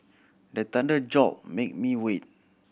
the thunder jolt make me wake